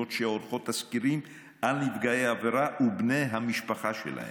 שעורכות תסקירים על נפגעי עבירה ובני המשפחה שלהם.